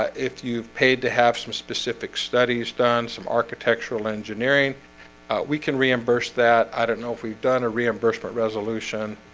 ah if you've paid to have some specific studies done some architectural engineering we can reimburse that i don't know if we've done a reimbursement resolution,